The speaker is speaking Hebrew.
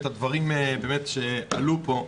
הדברים שעלו פה,